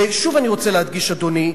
ושוב, אני רוצה להדגיש, אדוני,